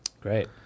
Great